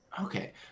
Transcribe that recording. Okay